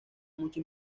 mucha